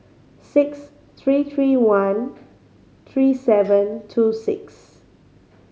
six three three one three seven two six